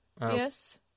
Yes